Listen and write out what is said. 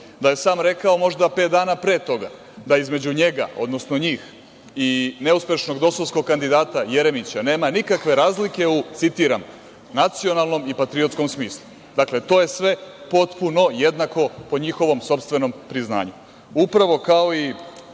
Da je sam rekao možda pet dana pre toga da između njega, odnosno njih i neuspešnog dosovskog kandidata Jeremića nema nikakve razlike, citiram – u nacionalnom i patriotskom smislu. Dakle, to je sve potpuno jednako po njihovom sopstvenom priznanju upravo kao i